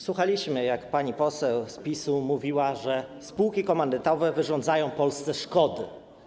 Słuchaliśmy, jak pani poseł z PiS-u mówiła, że spółki komandytowe wyrządzają Polsce szkody.